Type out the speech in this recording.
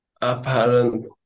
apparent